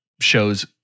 shows